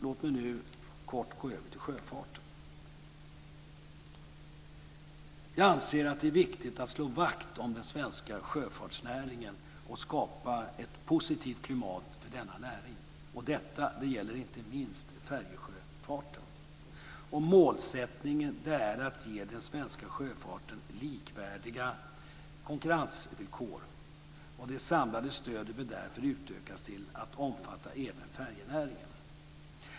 Låt mig nu kort gå över till sjöfarten. Jag anser att det är viktigt att slå vakt om den svenska sjöfartsnäringen och skapa ett positivt klimat för denna näring. Detta gäller inte minst färjesjöfarten. Målsättningen är att ge den svenska sjöfarten likvärdiga konkurrensvillkor. Det samlade stödet bör därför utökas till att omfatta även färjenäringen.